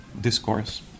discourse